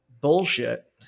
bullshit